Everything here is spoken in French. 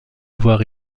avoir